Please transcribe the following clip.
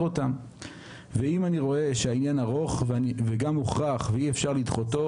ואם אני רואה שהעניין ארוך ואי אפשר לדחותו,